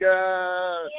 God